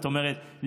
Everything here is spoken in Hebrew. זאת אומרת,